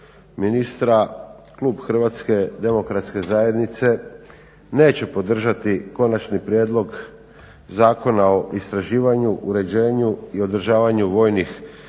ministra. Klub HDZ-a neće podržati Konačni prijedlog zakona o istraživanju, uređenju i održavanju vojnih groblja,